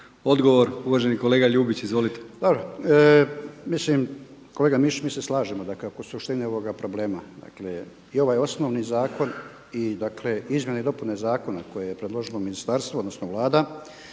Odgovor uvaženi kolega Ljubić. Izvolite. **Ljubić, Božo (HDZ)** Mislim, kolega Mišić mi se slažemo dakako u suštini ovoga problema. Dakle i ovaj osnovni zakon i dakle izmjene i dopune zakona koje je predložilo ministarstvo odnosno Vlada